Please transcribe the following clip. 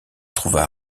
trouva